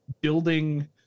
building